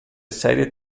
serie